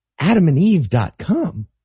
AdamandEve.com